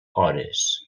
hores